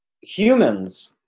humans